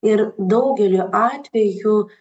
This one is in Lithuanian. ir daugeliu atvejų